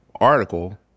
article